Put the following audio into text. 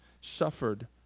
suffered